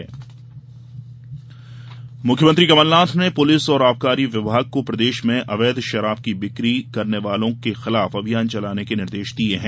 अवैध शराब बिक्री मुख्यमंत्री कमलनाथ ने पुलिस और आबकारी विभाग को प्रदेश में अवैध शराब की बिक्री करने वालों के खिलाफ अभियान चलाने के निर्देश दिये है